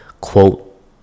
quote